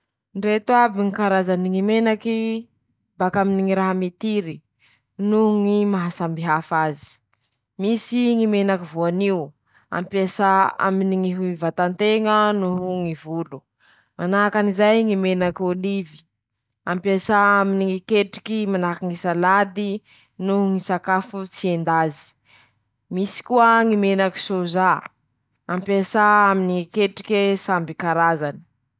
Ndreto aby ñy karazany ñy menaky bakaminy ñy raha mitiry noho ñy maha samy hafa azy: -Misy ñy menaky voanio. ampiasà aminy ñy hi vatan-teña noho ñy volo. -Manahaky anizay ñy menaky ôlivy. ampiasà aminy ñy ketriky manahaky ñy salady. noho ñy sakafo tsy endazy. -Misy koa ñy menaky sôzà. ampiasà aminy ñy ketrike samby karazany.